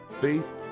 faith